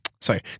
Sorry